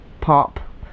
pop